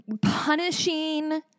punishing